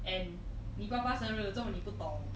and 你爸爸生日做什么你不懂:ni ba ba sheng ri zuo me ni bu dong